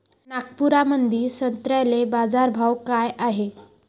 नागपुरामंदी संत्र्याले बाजारभाव काय हाय?